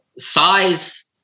size